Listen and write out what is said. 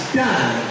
done